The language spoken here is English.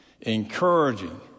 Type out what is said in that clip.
encouraging